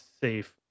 safe